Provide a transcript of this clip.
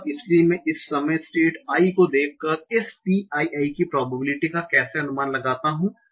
इसलिए मैं इस समय स्टेट i को देख कर इस pi i की प्रोबेबिलिटी का कैसे अनुमान लगाता हूं